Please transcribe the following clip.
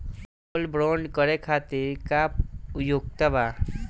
Gold bond करे खातिर का योग्यता बा?